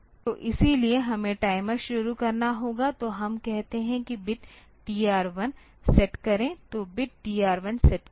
तो इसलिए हमें टाइमर शुरू करना होगा तो हम कहते हैं कि बिट TR 1 सेट करें तो बिट TR1 सेट करें